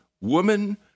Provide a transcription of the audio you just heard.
woman